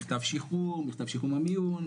מכתב שחרור מהמיון,